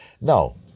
No